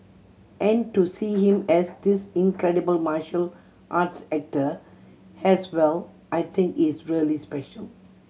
and to see him as this incredible martial arts actor as well I think is really special